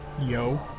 Yo